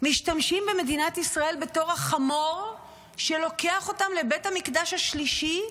משתמשים במדינת ישראל בתור החמור שלוקח אותם לבית המקדש השלישי,